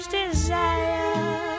desire